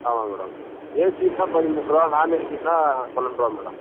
ஆமாங்க madam AC இருந்தால் பதிமூன்றுரூபா நான் ஏசினா பன்னென்ரூவா மேடம்